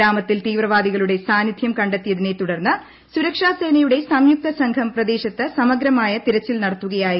ഗ്രാമത്തിൽ തീവ്രവാദികളുടെ സാന്നിധ്യം കണ്ടെത്തിയതിനെ തുടർന്ന് സൂരക്ഷാ സേനയുടെ സംയുക്ത സംഘം പ്രദേശത്തു സമഗ്രമായ തിരച്ചിൽ നടത്തുകയായിരുന്നു